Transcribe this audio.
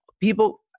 people